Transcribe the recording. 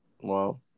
Wow